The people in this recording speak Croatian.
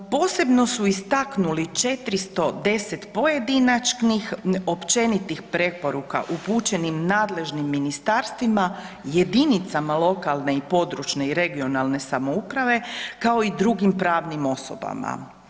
Posebno su istaknuli 410 pojedinačnih općenitih preporuka upućenih nadležnim ministarstvima, jedinicama lokalne i područne (regionalne) samouprave kao i drugim pravnim osobama.